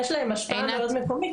יש להם השפעה מאוד מקומית,